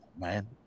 man